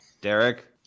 Derek